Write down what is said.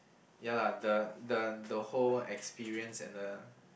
ya lah the the the whole experience and the